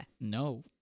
No